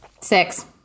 Six